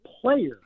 player